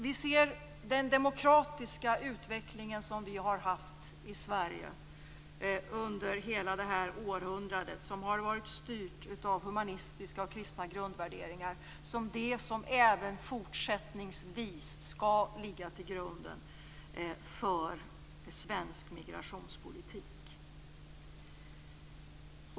Vi ser den demokratiska utvecklingen som vi har haft i Sverige under hela det här århundradet och som har varit styrt av humanistiska och kristna grundvärderingar som det som även fortsättningsvis skall ligga till grund för svensk migrationspolitik.